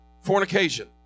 Fornication